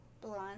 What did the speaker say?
blonde